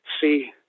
see